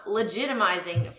legitimizing